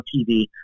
tv